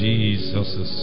Jesus